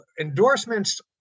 endorsements